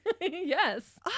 Yes